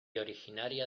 originaria